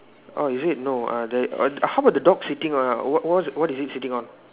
oh is it no uh there uh how about the dog sitting uh what what is it sitting on